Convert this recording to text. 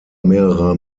mehrerer